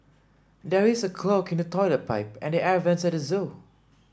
there is a clog in the toilet pipe and the air vents at the zoo